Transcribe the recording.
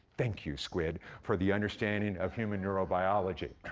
thank you, squid, for the understanding of human neurobiology.